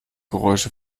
geräusche